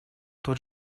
тот